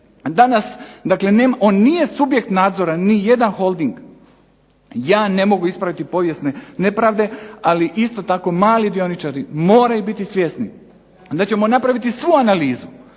Danas, dakle on nije subjekt nadzora ni jedan holding. Ja ne mogu ispraviti povijesne nepravde, ali isto tako mali dioničari moraju biti svjesni da ćemo napraviti svu analizu.